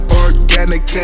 organic